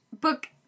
book